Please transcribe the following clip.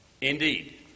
Indeed